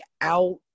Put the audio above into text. out